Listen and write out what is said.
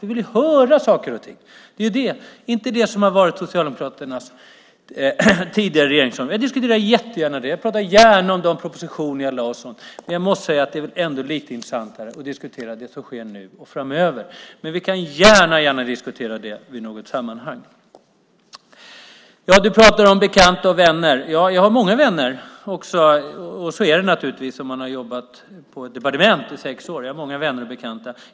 Vi vill höra om saker och ting - inte om Socialdemokraternas tidigare regeringsarbete. Jag diskuterar jättegärna det, och jag pratar gärna om de propositioner jag lade fram och så. Men det är väl ändå lite intressantare att diskutera det som sker nu och det som ska ske framöver. Vi kan gärna diskutera det i något sammanhang. Du pratar om bekanta och vänner. Ja, jag har många vänner. Så är det naturligtvis om man har jobbat på ett departement i sex år. Jag har, som sagt, många vänner och bekanta.